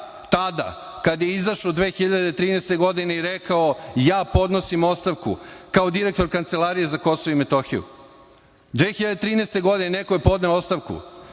tada kada je izašao 2013. godine i rekao – ja podnosim ostavku kao direktor Kancelarije za Kosovo i Metohiju. Godine 2013. neko je podneo ostavku,